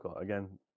Again